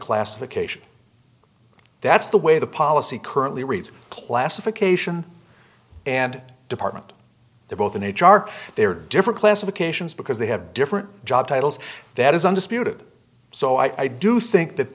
classification that's the way the policy currently reads classification and department they both in h r there are different classifications because they have different job titles that isn't disputed so i do think that